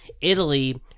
Italy